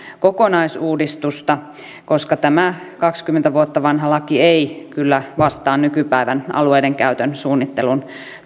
kokonaisuudistusta koska tämä kaksikymmentä vuotta vanha laki ei kyllä vastaa nykypäivän alueidenkäytön suunnittelun